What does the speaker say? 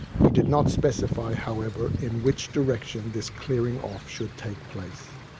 he did not specify, however, in which direction this clearing off should take place.